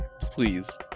Please